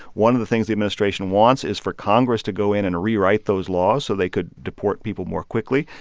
one of the things the administration wants is for congress to go in and rewrite those laws so they could deport people more quickly.